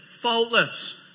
faultless